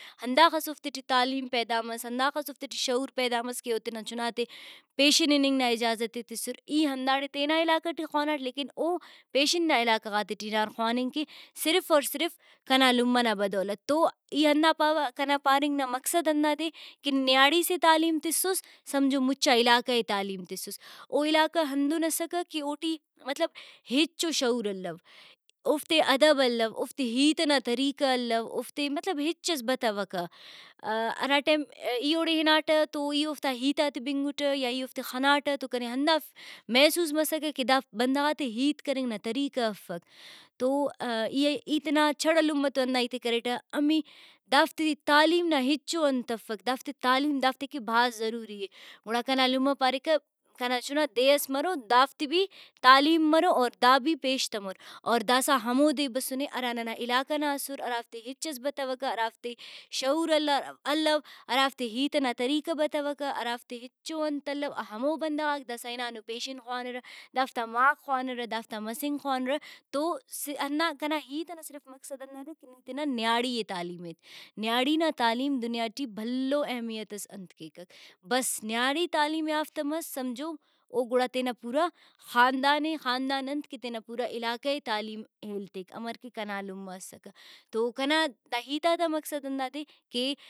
ہنداخس اوفتے ٹی تعلیم پیدا مس ہندا خس اوفتے ٹی شعور پیدا مس کہ او تینا چھناتے پیشن اِننگ نا اجازت ئے تسر۔ ای ہنداڑے تینا علاقہ ٹی خواناٹ لیکن او پیشن نا علاقہ غاتے ٹی ہنار خواننگ کہ صرف اور صرف کنا لمہ نا بدولت تو ای ہندا پاوہ کنا پاننگ نا مقصد ہندادے کہ نیاڑی سے تعلیم تسس سمجھو مچا علاقہ ئے تعلیم تسس۔ او علاقہ ہندن اسکہ کہ اوٹی مطلب ہچو شعور الو۔ اوفتے ادب الو اوفتے ہیت ئنا طریقہ الو اوفتے مطلب ہچس بتوکہ ہراٹائم ای اوڑے ہناٹہ تو ای اوفتا ہیتاتے بنگٹہ یا ای اوفتے خناٹہ تو کنے ہندا محسوس مسکہ کہ دا بندغاتے ہیت کننگ نا طریقہ افک۔ تو ای تینا چڑہ لمہ تو ہندا ہیتے کریٹہ امی دافتے تعلیم نا ہچو انت افک دافتے تعلیم دافتے کن بھاز ضروری اے۔ گڑا کنا لمہ پاریکہ کنا چھنا دے ئس مرو دافتے بھی تعلیم مرو او دا بھی پیشتمور۔ اور داسہ ہمودے بسُنے ہراننا علاقہ نا اسر ہرافتے ہچس بتوکہ ہرافتے شعور الو ہرافتے ہیت ئنا طریقہ بتوکہ ہرافتے ہچو انت الو ہمو بندغاک داسہ ہنانو پیشن خوانرہ دافتا مارک خوانرہ دافتا مسنک خوانرہ۔ تو ہندا کنا ہیت ئنا صرف مقصد ہندادے تینا نیاڑی ئے تعلیم ایت نیاڑی نا تعلیم دنیا ٹی بھلو اہمیت ئس انت کیکک۔ بس نیاڑی تعلیم یافتہ مس سمجھو او گڑا تینا پورا خاندان ئے خاندان انت کہ تینا پورا علاقہ ئے تعلیم ہیل تیک ہمر کہ کنا لمہ اسکہ ۔تو کنا داہیتاتا مقصد ہندادے کہ